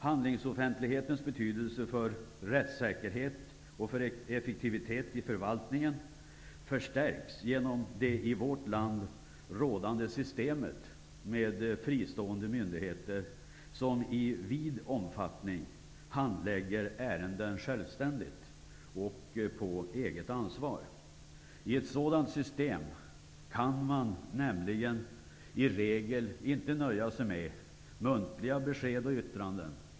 Handlingsoffentlighetens betydelse för rättssäkerhet och för effektivitet i förvaltningen förstärks genom det i vårt land rådande systemet med fristående myndigheter som i vid omfattning handlägger ärenden självständigt och på eget ansvar. I ett sådant system kan man nämligen i regel inte nöja sig med muntliga besked och yttranden.